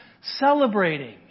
celebrating